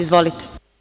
Izvolite.